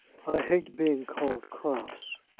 i hate being called cross.